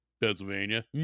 pennsylvania